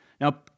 Now